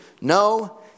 No